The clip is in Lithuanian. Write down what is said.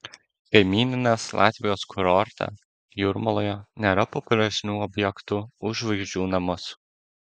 kaimyninės latvijos kurorte jūrmaloje nėra populiaresnių objektų už žvaigždžių namus